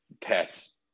pets